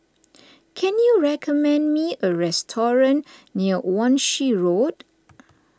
can you recommend me a restaurant near Wan Shih Road